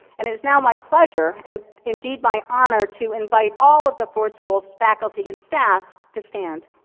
and, it is now my pleasure, and indeed my honor, to invite all of the ford school's faculty and staff to stand.